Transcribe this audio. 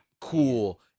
cool